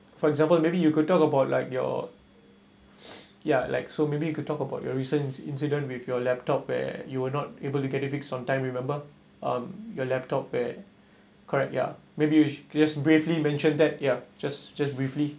for example maybe you could talk about like your ya like so maybe you could talk about your recent incident with your laptop where you were not able to get it fix on time remember um your laptop where correct ya maybe which you should just briefly mention that ya just just briefly